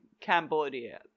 Cambodia